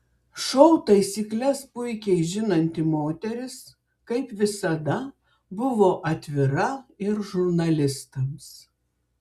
šou taisykles puikiai žinanti moteris kaip visada buvo atvira ir žurnalistams